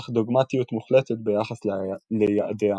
אך דוגמטיות מוחלטת ביחס ליעדיה.